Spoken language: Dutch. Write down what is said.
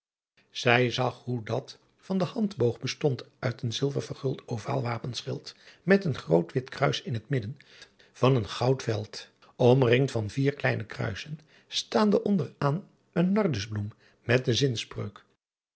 ij zag hoe dat van den andboog bestond uit een zilver verguld ovaal apenschild met een groot wit kruis in het midden van een goud veid omringd van vier kleine kruisen staande onder aan een ardusbloem met de